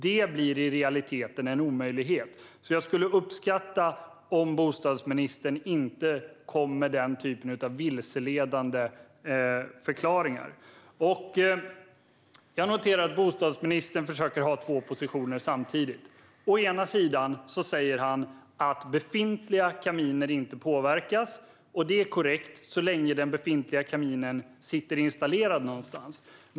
Detta blir i realiteten en omöjlighet, så jag skulle uppskatta om bostadsministern inte kom med den typen av vilseledande förklaringar. Jag noterar att bostadsministern försöker ha två positioner samtidigt. Å ena sidan säger han att befintliga kaminer inte påverkas, vilket är korrekt så länge den befintliga kaminen sitter installerad någonstans.